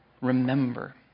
remember